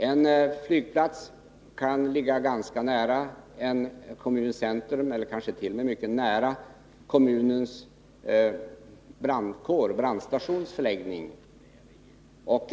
En flygplats kan ligga ganska nära en kommuns centrum och kanske t.o.m. mycket nära kommunens brandstations förläggning.